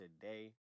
today